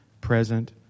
present